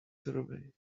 survey